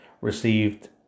Received